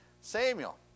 Samuel